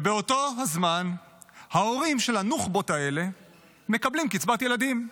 ובאותו הזמן ההורים של הנוח'בות האלה מקבלים קצבת ילדים.